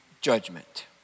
judgment